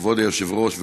כבוד היושב-ראש,